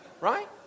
Right